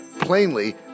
Plainly